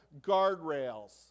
guardrails